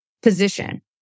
position